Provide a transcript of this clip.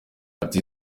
ati